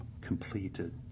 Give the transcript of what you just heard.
completed